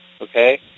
Okay